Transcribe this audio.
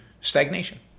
stagnation